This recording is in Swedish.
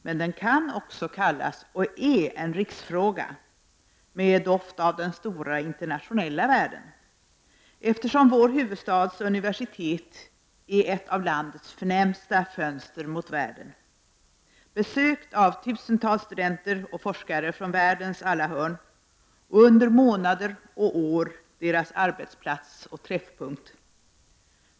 Men den kan också kallas och är en riksfråga med doft utav den stora internationella världen, eftersom vår huvudstads universitet är ett av landets förnämsta fönster mot världen, besökt av tusentals studenter och forskare från världens alla hörn och under månader och år deras arbetsplats och träffpunkt.